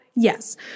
Yes